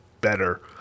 better